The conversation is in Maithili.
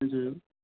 जी